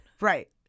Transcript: Right